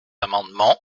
amendement